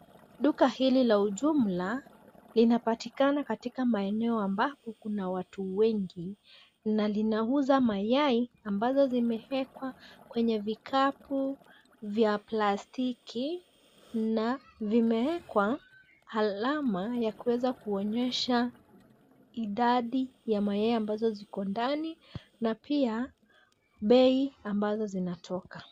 Duka hili la ujumla inapatikana katika maeneo ambapo kuna watu wengi na linauza mayai ambazo zimewekwa kwenye vikapu vya plastiki na vimeekwa alama ya kuweza kuonyesha idadi ya mayai ambazo ziko ndani, na pia bei ambazo zinatoka.